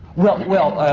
well. well.